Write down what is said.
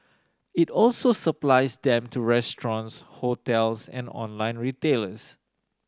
it also supplies them to restaurants hotels and online retailers